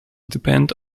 depend